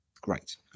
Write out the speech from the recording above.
Great